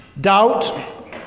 doubt